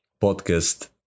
podcast